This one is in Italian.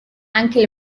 anche